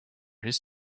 his